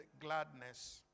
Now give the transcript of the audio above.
gladness